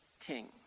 king